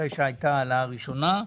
מתי שהייתה העלאה הראשונה,